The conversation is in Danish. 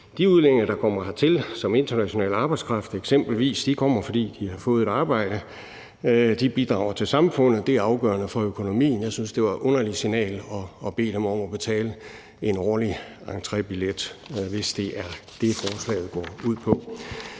De udlændinge, der kommer hertil som eksempelvis international arbejdskraft, kommer, fordi de har fået et arbejde. De bidrager til samfundet. Det er afgørende for økonomien. Jeg synes, det er et underligt signal at bede dem om at betale en årlig entrébillet, hvis det er det, forslaget går ud på.